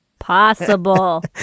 Possible